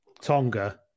Tonga